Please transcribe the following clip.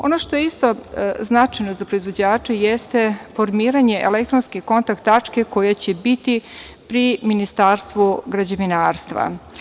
Ono što je isto značajno za proizvođače jeste formiranje elektronskih kontakt tačke koje će biti pri Ministarstvu građevinarstva.